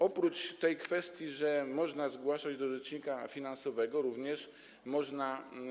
Oprócz tej kwestii, że można zgłaszać do rzecznika finansowego, również można.